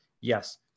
yes